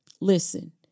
listen